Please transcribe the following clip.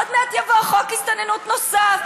עוד מעט יבוא חוק הסתננות נוסף,